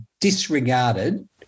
disregarded